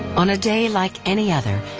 on a day like any other,